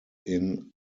summers